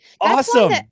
awesome